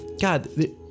God